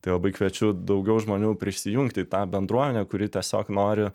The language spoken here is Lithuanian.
tai labai kviečiu daugiau žmonių prisijungti į tą bendruomenę kuri tiesiog nori